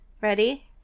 Ready